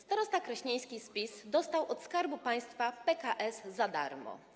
Starosta krośnieński z PiS dostał od Skarbu Państwa PKS za darmo.